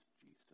Jesus